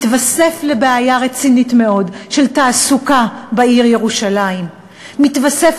מתווסף לבעיה רצינית מאוד של תעסוקה בעיר ירושלים; מתווסף